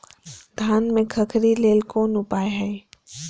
धान में खखरी लेल कोन उपाय हय?